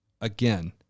again